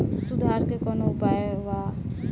सुधार के कौनोउपाय वा?